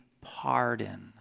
pardon